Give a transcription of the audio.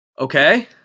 okay